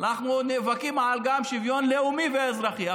אנחנו עוד נאבקים על שוויון לאומי ואזרחי,